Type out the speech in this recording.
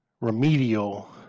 remedial